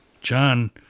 John